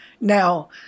now